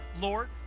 Lord